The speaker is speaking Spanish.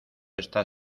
está